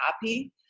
happy